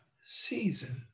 season